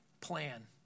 plan